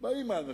באים האנשים,